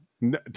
No